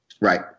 right